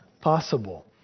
possible